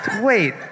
Wait